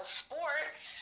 sports